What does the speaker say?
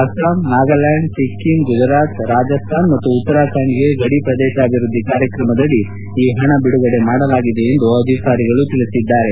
ಅಸ್ಸಾಂ ನಾಗಾಲ್ಲಾಂಡ್ ಸಿಕ್ಕೆಂ ಗುಜರಾತ್ ರಾಜಾಸ್ತಾನ್ ಮತ್ತು ಉತ್ತರಾ ಖಂಡ್ಗೆ ಗಡಿ ಪ್ರದೇಶಾಭಿವೃದ್ದಿ ಕಾರ್ಯಕ್ರಮದಡಿ ಈ ಪಣ ಬಿಡುಗಡೆ ಮಾಡಲಾಗಿದೆ ಎಂದು ಅಧಿಕಾರಿಗಳು ತಿಳಿಸಿದ್ದಾರೆ